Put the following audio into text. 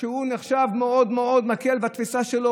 שהוא נחשב מאוד מאוד מקל בתפיסה שלו,